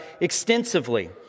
extensively